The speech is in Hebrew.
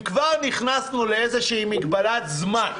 אם כבר נכנסנו לאיזושהי מגבלת זמן,